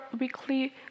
weekly